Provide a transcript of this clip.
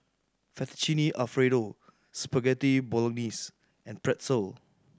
Fettuccine Alfredo Spaghetti Bolognese and Pretzel